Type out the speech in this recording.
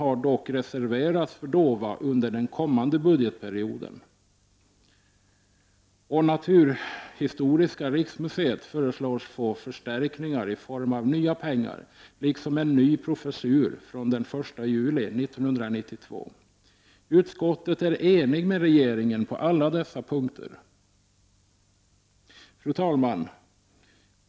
har dock reserverats för DOVA under den kommande budgetperioden. Naturhistoriska riksmuseet föreslås också få förstärkningar i form av ”nya” pengar liksom en ny professur från den 1 juli 1992. Utskottet är enigt med regeringen på alla dessa punkter. Fru talman!